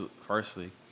firstly